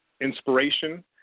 inspiration